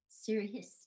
serious